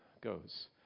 goes